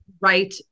right